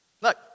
Look